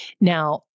Now